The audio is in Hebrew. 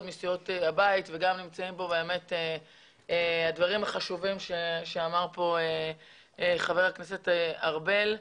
מסיעות הבית וגם נמצאים באמת הדברים החשובים שאמר פה חבר הכנסת ארבל.